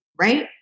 right